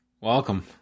welcome